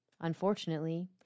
Unfortunately